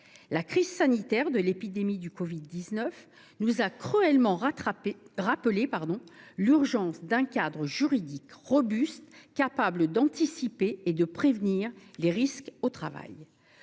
La crise sanitaire liée à l’épidémie de covid 19 nous a cruellement rappelé l’urgence d’un cadre juridique robuste, propre à anticiper et à prévenir les risques au travail.